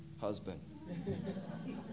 husband